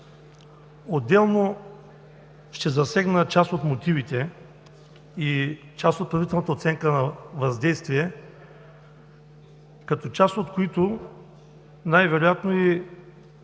Отделно ще засегна част от мотивите и част от предварителната оценка на въздействие като част, от които най-вероятно и